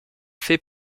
fait